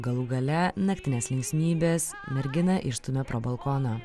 galų gale naktinės linksmybės merginą išstumia pro balkoną